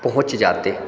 पहुँच जाते